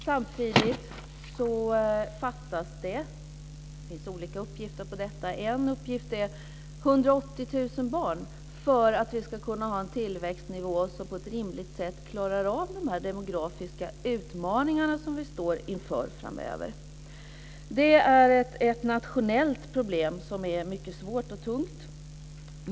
Samtidigt fattas det - det finns olika uppgifter på detta - enligt uppgift 180 000 barn för att vi ska kunna ha en tillväxtnivå som gör att vi på ett rimligt sätt klarar av de demografiska utmaningar som vi står inför framöver. Det är ett nationellt problem som är mycket svårt och tungt.